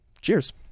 cheers